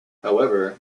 however